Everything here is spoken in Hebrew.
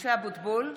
משה אבוטבול,